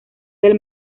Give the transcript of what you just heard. del